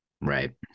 Right